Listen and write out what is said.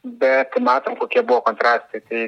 bet matom kokie buvo kontrastai tai